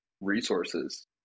resources